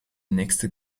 nächste